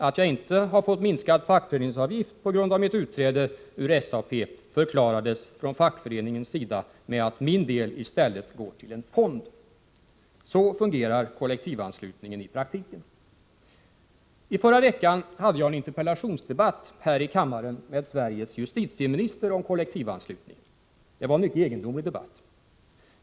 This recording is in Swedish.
Att jag inte har fått minskad fackföreningsavgift på grund av mitt utträde ur SAP förklarades från fackföreningens sida med att min del i stället går till en fond.” Så fungerar kollektivanslutningen i praktiken. I förra veckan hade jag en interpellationsdebatt här i kammaren med Sveriges justitieminister om kollektivanslutningen. Det var en mycket ” egendomlig debatt.